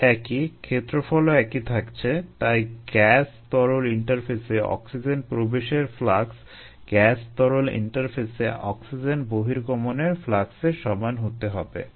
হার একই ক্ষেত্রফলও একই থাকছে তাই গ্যাস তরল ইন্টারফেসে অক্সিজেন প্রবেশের ফ্লাক্স গ্যাস তরল ইন্টারফেসে অক্সিজেন বহির্গমনের ফ্লাক্সের সমান হতে হবে